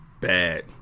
Bad